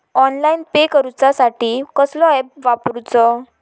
Online pay करूचा साठी कसलो ऍप वापरूचो?